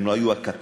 הם לא היו הקטר.